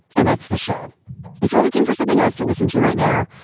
and that's the show if you're looking for something else to listen to right now.